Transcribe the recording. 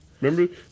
Remember